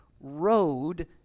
road